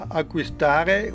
acquistare